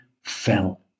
fell